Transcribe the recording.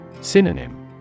Synonym